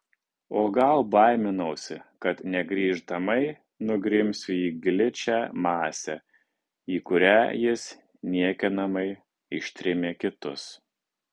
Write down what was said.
o gal baiminausi kad negrįžtamai nugrimsiu į gličią masę į kurią jis niekinamai ištrėmė kitus